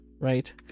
right